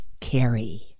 Carrie